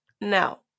Now